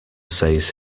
says